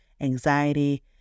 anxiety